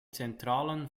zentralen